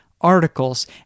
articles